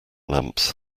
lamps